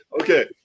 Okay